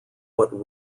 what